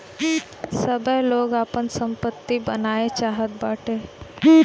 सबै लोग आपन सम्पत्ति बनाए चाहत बाटे